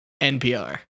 NPR